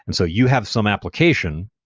and so you have some application.